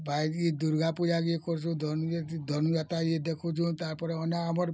ବାଇକି ଦୁର୍ଗା ପୂଜା କେ କରୁଛୁଁ ଧନୁଯାତ୍ରା କେଁ ଦେଖୁଁଛୁ ତା'ପରେ ଅନା ଆମର୍